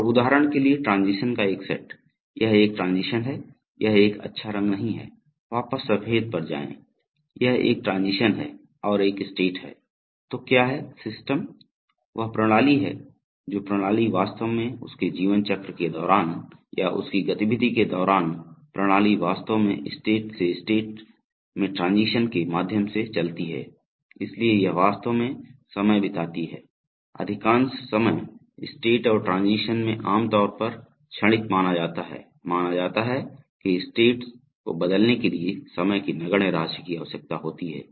और उदाहरण के लिए ट्रांजीशन का एक सेट यह एक ट्रांजीशन है यह एक अच्छा रंग नहीं है वापस सफेद पर जाएं यह एक ट्रांजीशन है और एक स्टेट है तो क्या है सिस्टम वह प्रणाली है जो प्रणाली वास्तव में उसके जीवन चक्र के दौरान या उसकी गतिविधि के दौरान प्रणाली वास्तव में स्टेट से स्टेट में ट्रांजीशन के माध्यम से चलती है इसलिए यह वास्तव में समय बिताती है अधिकांश समय स्टेट और ट्रांजीशन में आम तौर पर क्षणिक माना जाता है माना जाता है कि स्टेट को बदलने के लिए समय की नगण्य राशि की आवश्यकता होती है